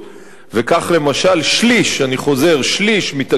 וכך, למשל, שליש, אני חוזר, שליש,